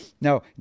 now